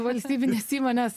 valstybinės įmonės